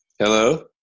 Hello